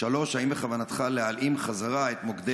3. האם בכוונתך להלאים חזרה את מוקדי